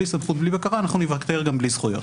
בלי סמכות ובלי בקרה ניוותר גם בלי זכויות.